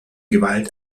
gewalt